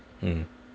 mm